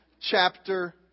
chapter